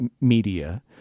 media